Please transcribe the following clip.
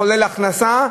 מחולל הכנסה,